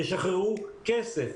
תשחררו כסף,